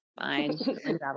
fine